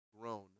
grown